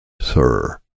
Sir